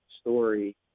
story